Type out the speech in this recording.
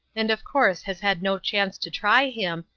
and of course has had no chance to try him,